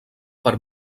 per